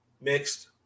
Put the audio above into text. mixed